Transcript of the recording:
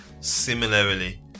Similarly